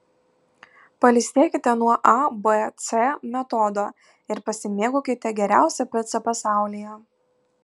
pailsėkite nuo abc metodo ir pasimėgaukite geriausia pica pasaulyje